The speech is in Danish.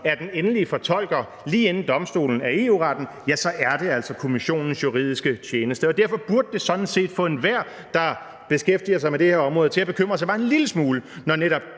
er den endelige fortolker lige inden Domstolen af EU-retten, så er det altså Kommissionens juridiske tjeneste, og derfor burde det sådan set få enhver, der beskæftiger sig med det her område, til at bekymre sig bare en lille smule, når netop